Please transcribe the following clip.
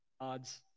Odds